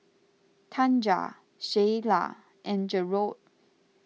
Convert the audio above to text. Tanja Sheyla and Jerod